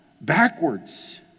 backwards